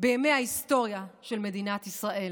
בימי ההיסטוריה של מדינת ישראל.